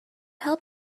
help